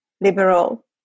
liberal